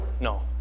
No